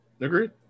Agreed